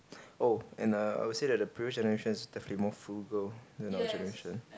oh and err I will say the previous generations is definitely more frugal than our generation